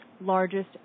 largest